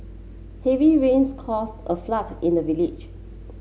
heavy rains cause a flood in the village